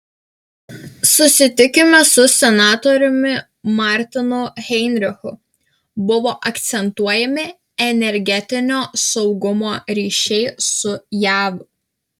susitikime su senatoriumi martinu heinrichu buvo akcentuojami energetinio saugumo ryšiai su jav